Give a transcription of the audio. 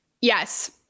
Yes